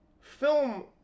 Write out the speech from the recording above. film